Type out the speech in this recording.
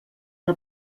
que